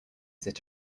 sit